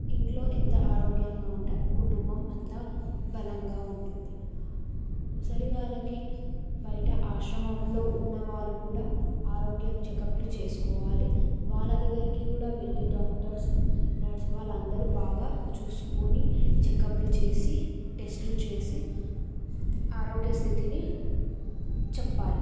ఇంట్లో ఎంత ఆరోగ్యంగా ఉంటే కుటుంబం అంత బలంగా ఉంటుంది ముసలి వాళ్ళకి బయట ఆశ్రమంలో ఉన్న వాళ్ళు కూడా ఆరోగ్యం చెకప్లు చేసుకోవాలి వాళ్ళ దగరికి కూడా వెళ్ళి డాక్టర్స్ నర్స్ వాళ్ళందరూ బాగా చూసుకుని చెకప్లు చేసి టెస్టులు చేసి ఆరోగ్య స్థితిని చెప్పాలి